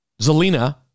Zelina